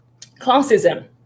classism